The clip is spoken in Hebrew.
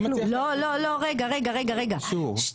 לא, לא, לא, רגע, רגע, רגע, רגע,